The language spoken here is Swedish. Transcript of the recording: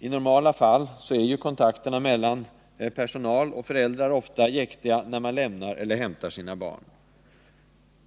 I normala fall är kontakterna mellan personal och föräldrar jäktiga när föräldrarna lämnar eller hämtar sina barn.